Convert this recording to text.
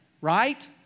Right